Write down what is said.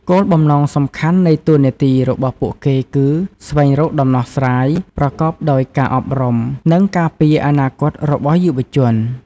គោលបំណងសំខាន់នៃតួនាទីរបស់ពួកគេគឺ ស្វែងរកដំណោះស្រាយប្រកបដោយការអប់រំ និងការពារអនាគតរបស់យុវជន។